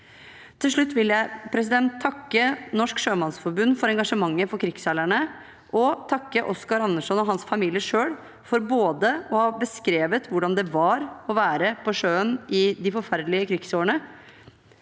Til slutt vil jeg takke Norsk Sjømannsforbund for engasjementet for krigsseilerne, og takke Oscar Anderson selv og hans familie både for å ha beskrevet hvordan det var å være på sjøen i de forferdelige krigsårene,